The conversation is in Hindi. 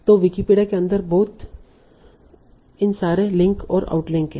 तो विकिपीडिया के अन्दर बहुत इन सारे लिंक और आउट लिंक हैं